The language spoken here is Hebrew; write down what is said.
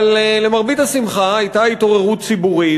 אבל למרבה השמחה הייתה התעוררות ציבורית,